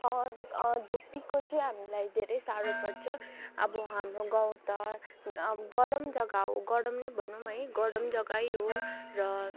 धुपीको चाहिँ हामीलाई धेरै साह्रो पर्छ अब हाम्रो गाउँ त अब गरम जग्गा हो गरम नै भनौँ है गरम जग्गै हो र